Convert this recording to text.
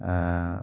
আ